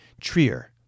Trier